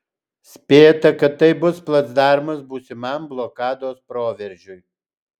spėta kad tai bus placdarmas būsimam blokados proveržiui